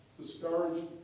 discouraged